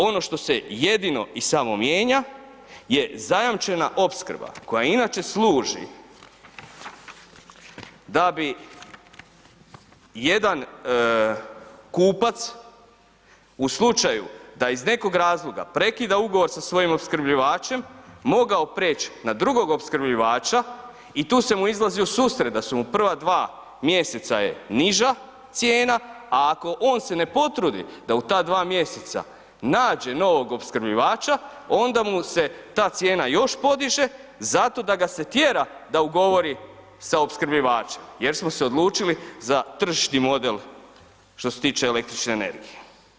Ono što se jedino i samo mijenja je zajamčena opskrba koja inače služi da bi jedan kupac u slučaju da iz nekog razloga prekida ugovor sa svojim opskrbljivačem mogao preći na drugog opskrbljivača i tu se mu izlazi u susret da su mu prva dva mjeseca je niža cijena, a ako on se ne potrudi da u ta dva mjeseca nađe novog opskrbljivača onda mu se ta cijena još podiže zato da ga se tjera da ugovori sa opskrbljivačem jer smo se odlučili za tržišni model što se tiče električne energije.